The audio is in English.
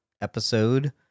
Episode